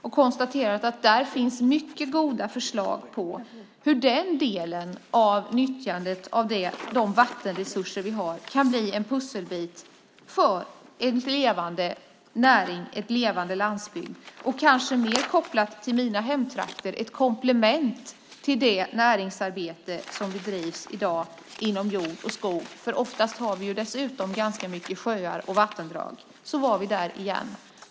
Jag konstaterar att där finns mycket goda förslag på hur den delen av nyttjandet av de vattenresurser vi har kan bli en pusselbit för en levande näring, en levande landsbygd och, kanske mer kopplat till mina hemtrakter, ett komplement till det näringsarbete som bedrivs i dag inom jord och skog. Oftast har vi ju dessutom ganska mycket sjöar och vattendrag. Så var vi där igen.